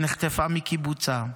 שנחטפה מקיבוצה,